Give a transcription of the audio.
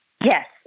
Yes